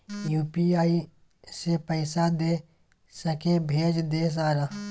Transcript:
UPI से पैसा दे सके भेज दे सारा?